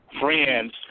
friends